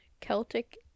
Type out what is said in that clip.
celtic